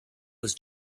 was